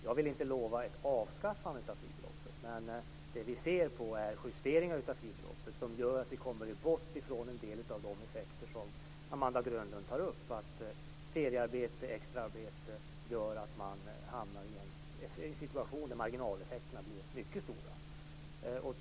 Jag vill inte lova ett avskaffande av fribeloppet, men det vi ser på är justeringar av fribeloppet som gör att vi kommer bort ifrån en del av de effekter som Amanda Grönlund tar upp, dvs. att feriearbete och extraarbete gör att man hamnar i en situation där marginaleffekterna blir mycket stora.